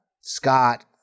Scott